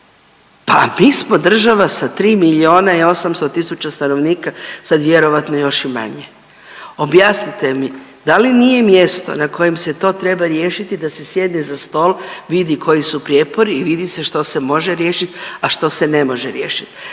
pa mi smo država sa tri milijuna i 800 tisuća stanovnika, sad vjerojatno još i manje, objasnite mi da li nije mjesto na kojem se to treba riješiti da se sjedne za stol vidi koji su prijepori i vidi se što se može riješit, a što se ne može riješit.